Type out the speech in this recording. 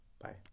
Bye